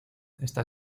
está